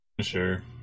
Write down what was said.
Sure